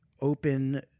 open